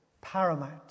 paramount